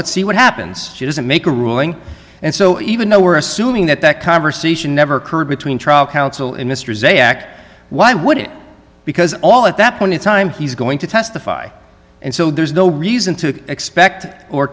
let's see what happens she doesn't make a ruling and so even though we're assuming that that conversation never occurred between trial counsel in mr zak why would it because all at that point in time he's going to testify and so there's no reason to expect or